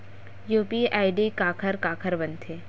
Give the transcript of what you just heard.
UPI ID काखर काखर बनथे?